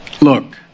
Look